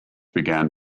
began